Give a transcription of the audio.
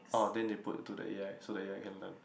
oh then they put to the a_i so the a_i can learn